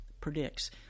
predicts